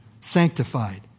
sanctified